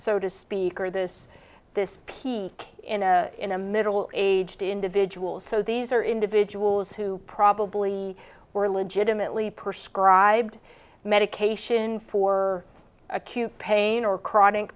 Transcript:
so to speak or this this peak in a in a middle aged individual so these are individuals who probably were legitimately prescribe medication for acute pain or chronic